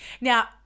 Now